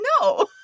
No